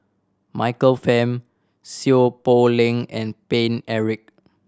Michael Fam Seow Poh Leng and Paine Eric